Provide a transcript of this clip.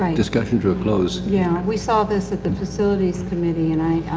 um discussion to a close. yeah. we saw this at the facilities committee, and i,